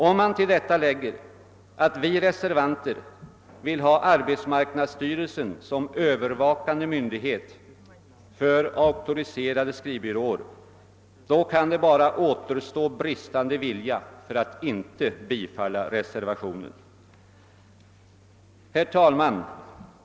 Om man till detta lägger att vi reservanter vill ha arbetsmarknadsstyrelsen som övervakande myndighet för auktoriserade skrivbyråer kan det bara återstå bristande vilja för att inte bifalla reservationen. Herr talman!